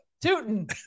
Tooting